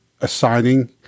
assigning